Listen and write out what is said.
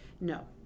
No